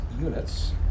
units